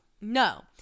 No